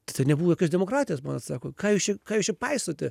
tada nebuvo jokios demokratijos man atsako ką jūs čia ką jūs čia paisote